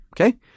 Okay